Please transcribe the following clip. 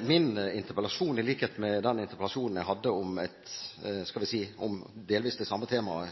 Min interpellasjon, i likhet med den interpellasjonen jeg hadde om delvis det samme temaet